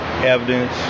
evidence